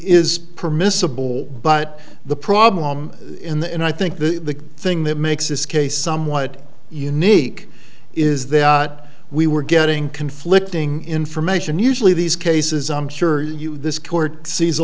is permissible but the problem in the end i think the thing that makes this case somewhat unique is that we were getting conflicting information usually these cases i'm sure this court sees a